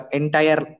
entire